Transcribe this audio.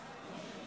אין